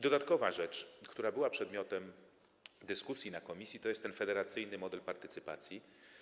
Dodatkowa rzecz, która była przedmiotem dyskusji w komisji, to jest ten federacyjny model partycypacji.